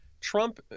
Trump